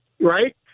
right